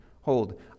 hold